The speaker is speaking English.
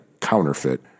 counterfeit